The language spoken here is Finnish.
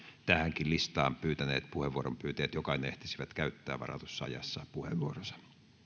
tähänkin listaan puheenvuoron pyytäneistä jokainen ehtisi käyttää varatussa ajassa puheenvuoronsa